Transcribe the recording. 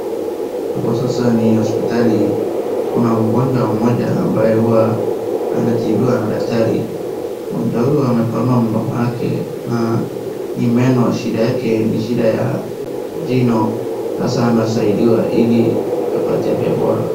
Hapo sasa ni hospitali. Kuna mgonjwa mmoja ambaye huwa anatibiwa na daktari. Mgonjwa huyo amepanua mdomo yake. Na ni meno shida yake ni shida ya jino sasa anasaidiwa ili apate afya bora.